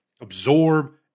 absorb